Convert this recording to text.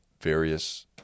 various